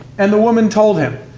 and the woman told him.